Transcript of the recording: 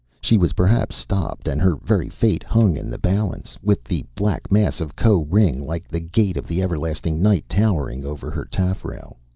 she was perhaps stopped, and her very fate hung in the balance, with the black mass of koh-ring like the gate of the everlasting night towering over her taffrail.